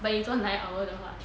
but 你做 nine hours 的话